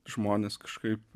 žmonės kažkaip